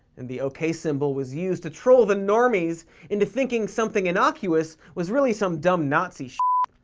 and the okay symbol was used to troll the normies into thinking something innocuous was really some dumb nazi sh ah